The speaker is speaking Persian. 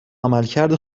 عملکرد